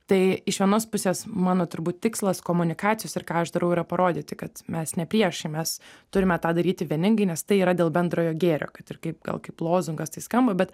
tai iš vienos pusės mano turbūt tikslas komunikacijos ir ką aš darau yra parodyti kad mes ne priešai mes turime tą daryti vieningai nes tai yra dėl bendrojo gėrio kad ir kaip gal kaip lozungas tai skamba bet